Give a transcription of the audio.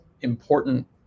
important